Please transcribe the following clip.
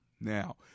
now